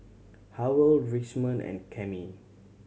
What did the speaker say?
Howell Richmond and Cammie